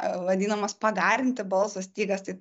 vadinamas pagarinti balso stygas tai